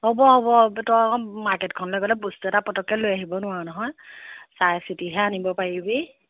হ'ব হ'ব তই আকৌ মাৰ্কেটখনলৈ গ'লে বস্তু এটা পটককৈ লৈ আহিব নোৱাৰ নহয় চাইচিতিহে আনিব পাৰিবি